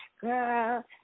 girl